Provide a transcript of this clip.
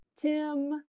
Tim